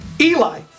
Eli